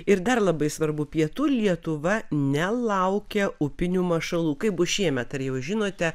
ir dar labai svarbu pietų lietuva nelaukia upinių mašalų kaip bus šiemet ar jau žinote